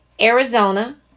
Arizona